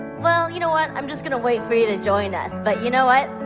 well, you know what? i'm just gonna wait for you to join us, but you know what?